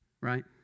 Right